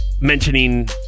mentioning